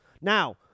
Now